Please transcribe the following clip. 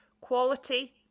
Quality